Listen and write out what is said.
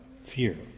fear